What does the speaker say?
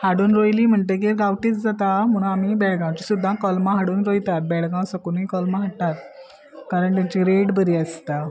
हाडून रोयली म्हणटगीर गांवठीच जाता म्हणून आमी बेळगांवची सुद्दां कलमां हाडून रोयतात बेळगांव सकुनी कलमां हाडटात कारण तेची रेट बरी आसता